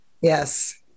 Yes